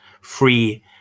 free